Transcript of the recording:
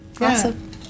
Awesome